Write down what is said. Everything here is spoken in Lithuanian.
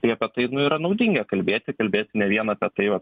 tai apie tai nu yra naudinga kalbėti kalbėti ne vien apie tai